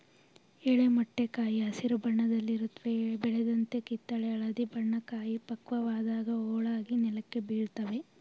ಎಳೆ ಮೊಟ್ಟೆ ಕಾಯಿ ಹಸಿರು ಬಣ್ಣದಲ್ಲಿರುತ್ವೆ ಬೆಳೆದಂತೆ ಕಿತ್ತಳೆ ಹಳದಿ ಬಣ್ಣ ಕಾಯಿ ಪಕ್ವವಾದಾಗ ಹೋಳಾಗಿ ನೆಲಕ್ಕೆ ಬೀಳ್ತವೆ